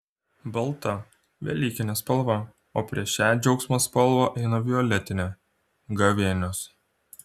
balta velykinė spalva o prieš šią džiaugsmo spalvą eina violetinė gavėnios